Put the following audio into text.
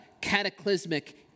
cataclysmic